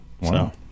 Wow